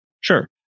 Sure